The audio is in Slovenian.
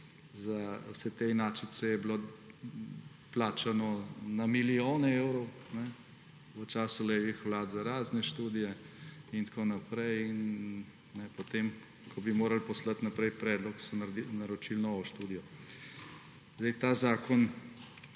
Za vse te enačice je bilo plačano na milijone evrov v času levih vlad za razne študije in tako naprej. Ko bi morali poslati naprej predlog, so naročili novo študijo. Ta zakon